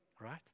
Right